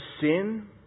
sin